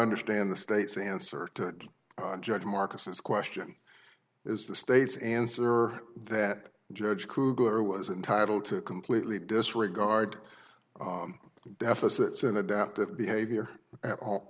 understand the state's answer to judge marcus this question is the state's answer that judge krueger was entitled to completely disregard the deficit's in adaptive behavior